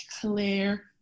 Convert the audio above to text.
clear